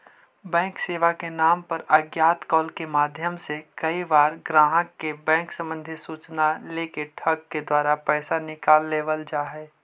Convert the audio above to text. bank सेवा के नाम पर अज्ञात कॉल के माध्यम से कईक बार ग्राहक के बैंक संबंधी सूचना लेके ठग के द्वारा पैसा निकाल लेवल जा हइ